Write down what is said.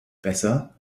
besser